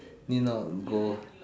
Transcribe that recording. you know go